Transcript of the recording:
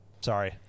sorry